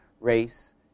race